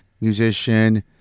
musician